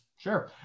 Sure